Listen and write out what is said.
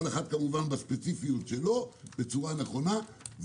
כל אחד בספציפיות שלו בצורה נכונה.